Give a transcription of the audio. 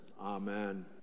Amen